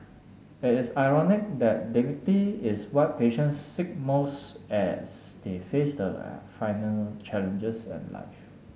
it is ironic that dignity is what patients seek most as they face their final challenges in life